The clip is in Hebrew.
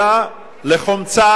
אלא לחומצה